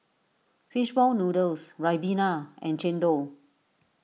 Fish Ball Noodles Ribena and Chendol